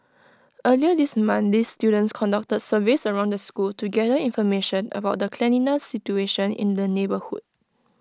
earlier this month these students conducted surveys around the school to gather information about the cleanliness situation in the neighbourhood